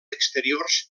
exteriors